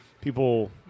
people